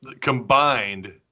Combined